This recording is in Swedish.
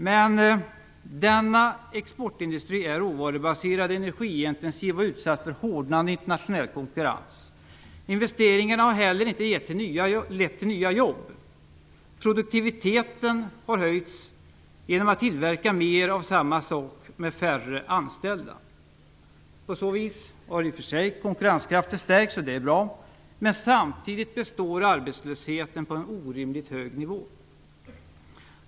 Men denna exportindustri är råvarubaserad, energiintensiv och utsatt för hårdnande internationell konkurrens. Investeringarna har heller inte lett till nya jobb. Produktiviteten har höjts genom att man tillverkar mer av samma sak med färre anställda! På så vis har konkurrenskraften i och för sig stärkts, och det är bra, men samtidigt består arbetslösheten på en orimligt hög nivå.